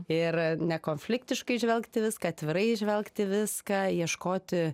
ir nekonfliktiškai žvelgt į viską atvirai žvelgt į viską ieškoti